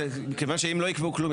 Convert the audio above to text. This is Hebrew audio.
כיוון שאם לא יקבעו כלום,